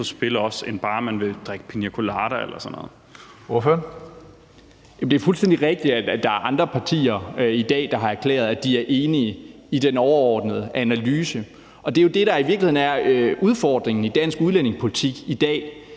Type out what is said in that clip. Ordføreren. Kl. 17:05 Mikkel Bjørn (DF): Det er fuldstændig rigtigt, at der er andre partier, der i dag har erklæret, at de er enige i den overordnede analyse, og det er jo det, der i virkeligheden er udfordringen i dansk udlændingepolitik i dag.